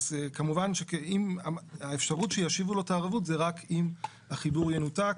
כמובן האפשרות שישיבו לו את הערבות זה רק אם החיבור ינותק.